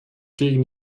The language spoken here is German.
gegen